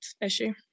issue